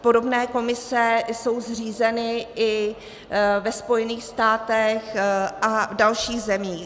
Podobné komise jsou zřízeny i ve Spojených státech a dalších zemích.